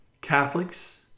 Catholics